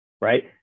right